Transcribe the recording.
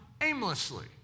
aimlessly